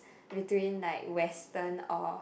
between like Western or